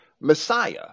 messiah